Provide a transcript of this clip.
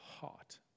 heart